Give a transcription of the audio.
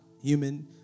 human